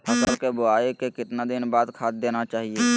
फसल के बोआई के कितना दिन बाद खाद देना चाइए?